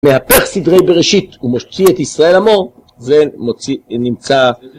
מהפך סדרי בראשית ומוציא את ישראל עמו זה נמצא